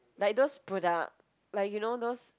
like those product like you know those